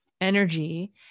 energy